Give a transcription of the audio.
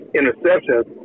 interceptions